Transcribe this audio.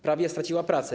Prawie straciła pracę.